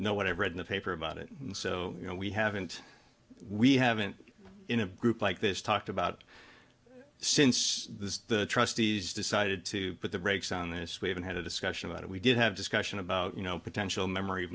know what i've read in the paper about it and so you know we haven't we haven't in a group like this talked about since the trustees decided to put the brakes on this we even had a discussion about it we did have discussion about you know potential memory